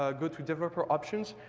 ah go to developer options.